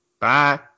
Bye